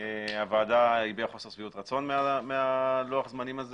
הוועדה הביעה חוסר שביעות רצון מלוח הזמנים הזה